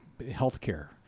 healthcare